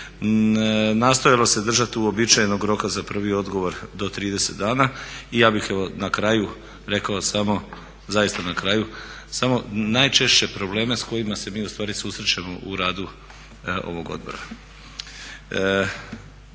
Nastojalo se držat uobičajenog roka za prvi odgovor do 30 dana i ja bih evo na kraju rekao samo, zaista na kraju samo najčešće probleme s kojima se mi ustvari susrećemo u radu ovog odbora.